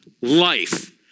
life